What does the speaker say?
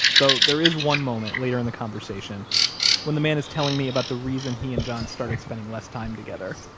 though there is one moment later in the conversation when the man is telling me about the reason he and john started spending less time together.